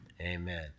Amen